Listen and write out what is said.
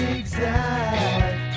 exact